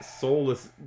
soulless